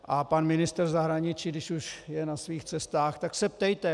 A pan ministr zahraničí, když už je na svých cestách tak se ptejte.